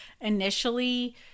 initially